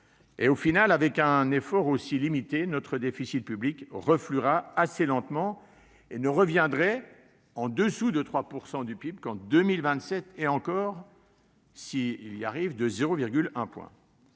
Finalement, avec un effort aussi limité, notre déficit public refluera assez lentement et ne reviendrait en dessous de 3 % du PIB qu'en 2027, et encore de 0,1 point